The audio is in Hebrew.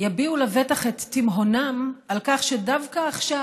יביעו לבטח את תימהונם על כך שדווקא עכשיו